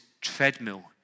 treadmill